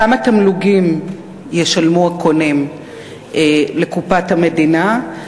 3. כמה תמלוגים ישלמו הקונים לקופת המדינה?